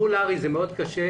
מול הרי"י זה מאוד קשה.